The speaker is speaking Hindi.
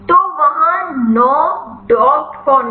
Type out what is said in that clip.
तो वहाँ 9 डॉक्ड कन्फर्मेशन हैं